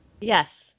Yes